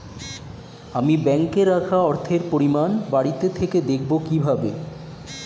আমি ব্যাঙ্কে রাখা অর্থের পরিমাণ বাড়িতে থেকে দেখব কীভাবে?